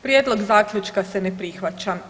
Prijedlog zaključka se ne prihvaća.